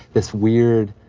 this weird,